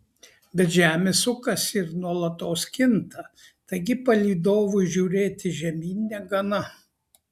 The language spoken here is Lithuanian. bet žemė sukasi ir nuolatos kinta taigi palydovui žiūrėti žemyn negana